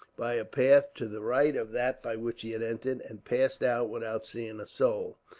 by a path to the right of that by which he had entered, and passed out without seeing a soul.